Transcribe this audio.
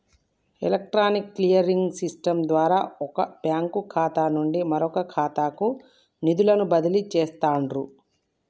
electronic clearing system ద్వారా వొక bank ఖాతా నుండి మరొకఖాతాకు నిధులను బదిలీ చేస్తండ్రు